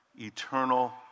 Eternal